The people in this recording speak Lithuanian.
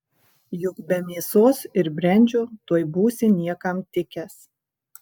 juk be mėsos ir brendžio tuoj būsi niekam tikęs